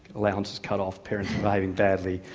allowances cut off, parents behaving badly,